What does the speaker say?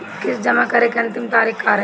किस्त जमा करे के अंतिम तारीख का रही?